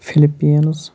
Philippines